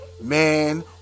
man